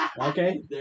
Okay